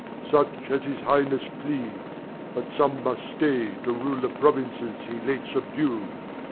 such as his highness please but some must stay to rule the provinces he late subdu'd.